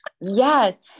yes